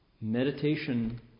meditation